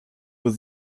with